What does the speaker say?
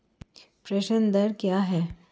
प्रेषण दर क्या है?